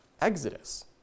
Exodus